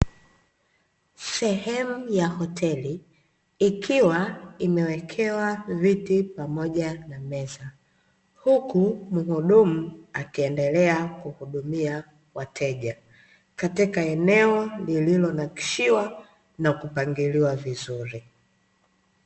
Sehemu ya hoteli. Ikiwa imewekewa viti pamoja na meza. Huku mhudumu akiendelea kuhudumia wateja, katika eneo lililonakshiwa na kupangiliwa vizuri.